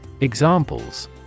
Examples